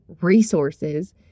resources